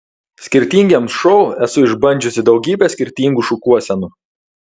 skirtingiems šou esu išbandžiusi daugybę skirtingų šukuosenų